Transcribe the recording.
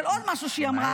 של עוד משהו שהיא אמרה.